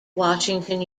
washington